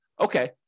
okay